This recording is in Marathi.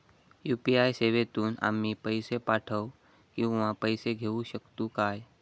यू.पी.आय सेवेतून आम्ही पैसे पाठव किंवा पैसे घेऊ शकतू काय?